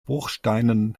bruchsteinen